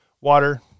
water